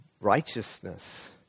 righteousness